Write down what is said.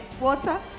water